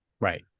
Right